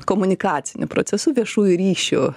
komunikaciniu procesu viešųjų ryšių